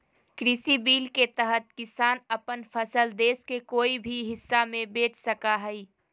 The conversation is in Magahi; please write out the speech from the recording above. कृषि बिल के तहत किसान अपन फसल देश के कोय भी हिस्सा में बेच सका हइ